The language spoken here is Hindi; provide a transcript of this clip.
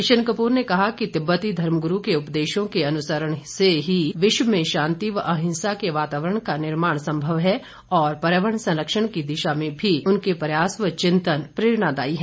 किशन कप्र ने कहा कि तिब्बती धर्मगुरू के उपदेशों के अनुसरण से विश्व में शांति व अहिंसा के वातावरण का निर्माण संभव है और पर्यावरण संरक्षण की दिशा में भी उनके प्रयास व चिंतन प्रेरणादायी है